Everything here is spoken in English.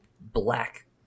black